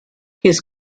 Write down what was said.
his